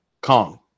kong